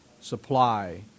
supply